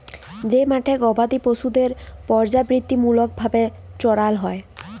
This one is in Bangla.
যে মাঠে গবাদি পশুদের পর্যাবৃত্তিমূলক ভাবে চরাল হ্যয়